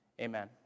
Amen